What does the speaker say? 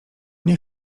nie